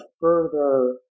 further